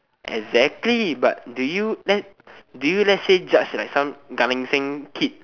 exactly but do you let's do you let's say judge like some Gan-Eng-Seng kid